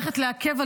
אני,